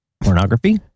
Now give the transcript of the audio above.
pornography